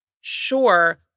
sure